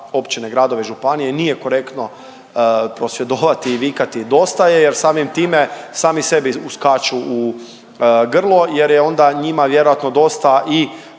općine, gradove i županije nije korektno prosvjedovati i vikati dosta je, jer samim time sami sebi uskaču u grlo jer je onda njima vjerojatno dosta i